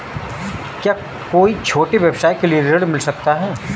क्या कोई छोटे व्यवसाय के लिए ऋण मिल सकता है?